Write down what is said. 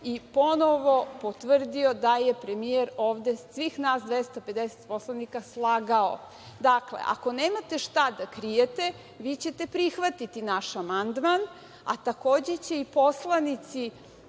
i ponovo potvrdio da je premijer ovde svih nas 250 poslanika slagao. Dakle, ako nemate šta da krijete, vi ćete prihvatiti naš amandman, a takođe će i poslanici